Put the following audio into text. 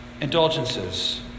indulgences